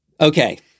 Okay